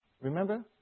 remember